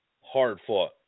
hard-fought